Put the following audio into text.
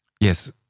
Yes